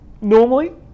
normally